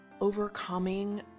overcoming